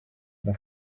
mon